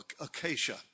acacia